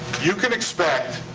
you can expect,